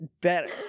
better